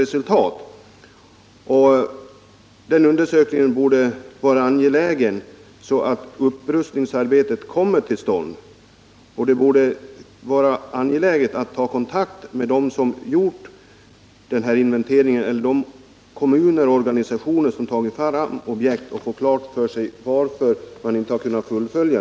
En sådan undersökning borde vara angelägen så att upprustningsarbetet kommer till stånd, och man borde ta kontakt med de kommuner och organisationer som har tagit fram objekt och få klart för sig varför de inte har kunnat fullföljas.